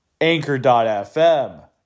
anchor.fm